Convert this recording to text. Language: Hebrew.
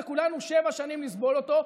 וכולנו שבע שנים נסבול אותו.